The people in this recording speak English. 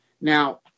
Now